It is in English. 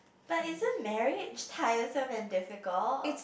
but isn't marriage tiresome and difficult